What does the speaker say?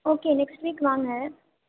okay next week வாங்க